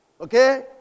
Okay